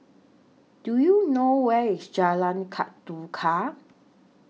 Do YOU know Where IS Jalan Ketuka